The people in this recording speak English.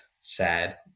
sad